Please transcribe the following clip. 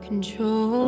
Control